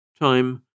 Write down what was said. Time